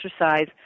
exercise